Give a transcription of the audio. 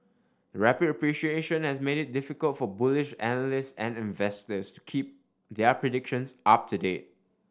the rapid appreciation has made it difficult for bullish analysts and investors to keep their predictions up to date